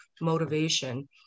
motivation